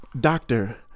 Doctor